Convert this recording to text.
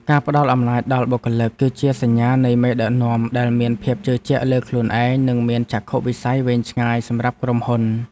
ការផ្តល់អំណាចដល់បុគ្គលិក គឺជាសញ្ញានៃមេដឹកនាំដែលមានភាពជឿជាក់លើខ្លួនឯងនិងមានចក្ខុវិស័យវែងឆ្ងាយសម្រាប់ក្រុមហ៊ុន។